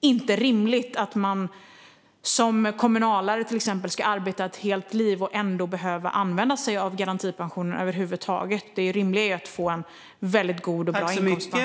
inte rimligt att man till exempel som kommunalare ska arbeta ett helt liv och ändå behöva använda sig av garantipensionen. Det rimliga är ju att få en väldigt god inkomstpension.